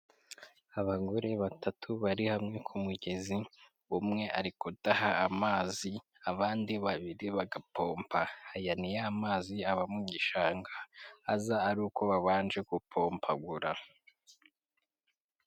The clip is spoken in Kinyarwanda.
Abagore batatu bari hamwe ku mugezi, umwe ari kudaha amazi abandi babiri bagapompa. Aya ni yamazi aba mu gishanga, aza ari uko babanje gupompagura.